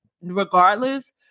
regardless